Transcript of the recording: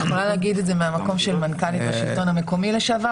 אני יכולה להגיד את זה מהמקום של מנכ"לית בשלטון המקומי לשעבר,